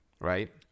right